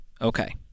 Okay